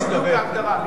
זאת בדיוק ההגדרה.